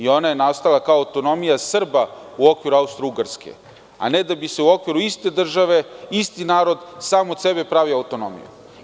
Ona je nastala kao autonomija Srbija u okviru Austrougarske, a ne da bi u okviru iste države isti narod sam od sebe pravio autonomiju.